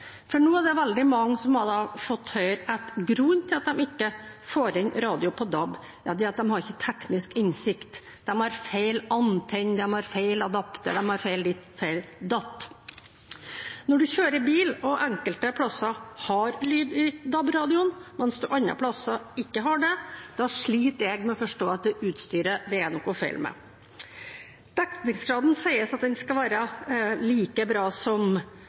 Nå er det veldig mange som har fått høre at grunnen til at de ikke får inn radio på DAB, er at de ikke har teknisk innsikt, de har feil antenner, de har feil adapter, de har feil ditt og feil datt. Når man kjører bil og enkelte plasser har lyd i DAB-radioen, mens man andre steder ikke har det, sliter jeg med å forstå at det er utstyret det er noe feil med. Dekningsgraden sies at skal være like bra som